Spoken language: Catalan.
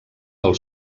del